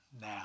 now